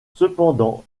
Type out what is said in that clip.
cependant